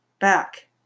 back